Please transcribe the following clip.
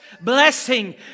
blessing